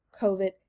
COVID